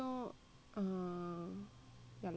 ya lor that's my answer